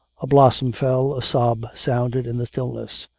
a blossom fell, a sob sounded in the stillness.